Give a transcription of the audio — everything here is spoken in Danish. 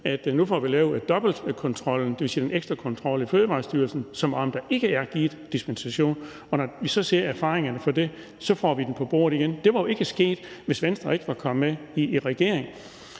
at vi får lavet en dobbeltkontrol, dvs. en ekstrakontrol, fra Fødevarestyrelsens side, som om der ikke er givet dispensation. Og når vi så ser erfaringerne fra det, får vi den på bordet igen. Det var jo ikke sket, hvis Venstre ikke var kommet med i regering.